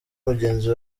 mugenzi